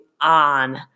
on